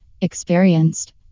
Experienced